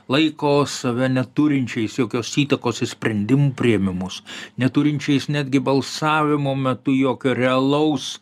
laiko save neturinčiais jokios įtakos į sprendimų priėmimus neturinčiais netgi balsavimo metu jokio realaus